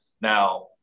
Now